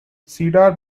cedar